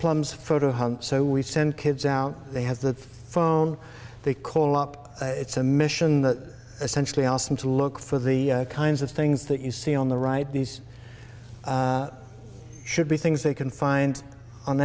plumbs photo one so we send kids out they have the phone they call up it's a mission that essentially awesome to look for the kinds of things that you see on the right these should be things they can find on